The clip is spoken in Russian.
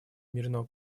мирного